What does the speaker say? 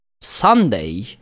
Sunday